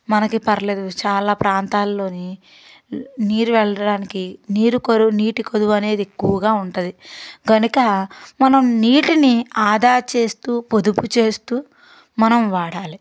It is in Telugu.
మనకి పర్లేదు చాలా ప్రాంతాలలో నీరు వెళ్ళడానికి నీరు కరువు నీటి కుదువ అనేది ఎక్కువగా ఉంటుంది కనుక మనం నీటిని ఆధా చేస్తు పొదుపు చేస్తు మనం వాడాలి